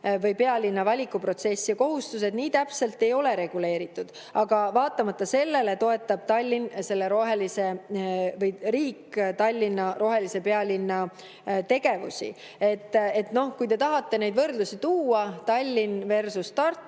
pealinna valikuprotsess ja kohustused nii täpselt ei ole reguleeritud. Aga vaatamata sellele toetab riik Tallinna rohelise pealinna tegevusi. Kui te tahate neid võrdlusi tuua, TallinnversusTartu,